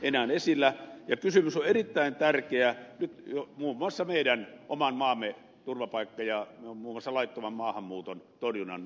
kysymys on erittäin tärkeä muun muassa meidän oman maamme turvapaikkapolitiikan ja muun muassa laittoman maahanmuuton torjunnan näkökulmasta